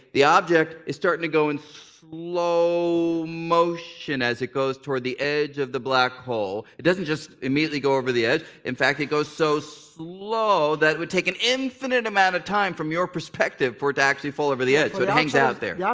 the object is starting to go in slow motion as it goes toward the edge of the black hole. it doesn't just immediately go over the edge. in fact, it goes so slow that it would take an infinite amount of time from your perspective for it to actually fall over the edge. so it hangs out there. yeah